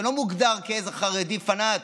שלא מוגדר כאיזה חרדי פנאט,